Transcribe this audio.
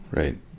right